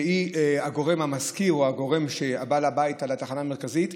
שהיא הגורם המשכיר, בעל הבית על התחנה המרכזית,